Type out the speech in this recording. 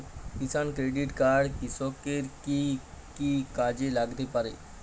কিষান credit card কৃষকের কি কি কাজে লাগতে পারে?